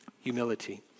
humility